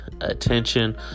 attention